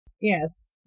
Yes